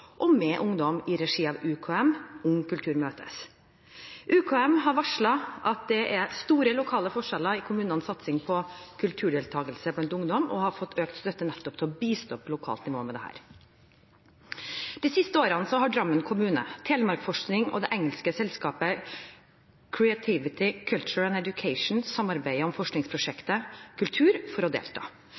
UKM har varslet at det er store lokale forskjeller i kommunenes satsing på kulturdeltakelse blant ungdom, og har fått økt støtte nettopp til å bistå på lokalt nivå med dette. De siste årene har Drammen kommune, Telemarksforskning og det engelske selskapet Creativity, Culture and Education samarbeidet om forskningsprosjektet Kultur for å delta.